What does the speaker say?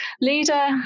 Leader